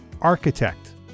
architect